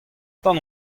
tan